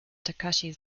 takashi